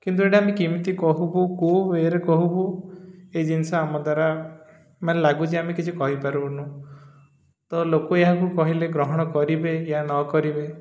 କିନ୍ତୁ ଏଇଟା ଆମେ କେମିତି କହିବୁ କେଉଁରେ କହିବୁ ଏଇ ଜିନିଷ ଆମ ଦ୍ୱାରା ମାନେ ଲାଗୁଛି ଆମେ କିଛି କହିପାରିବୁନୁ ତ ଲୋକ ଏହାକୁ କହିଲେ ଗ୍ରହଣ କରିବେ ୟ ନ କରିବେ